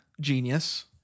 Genius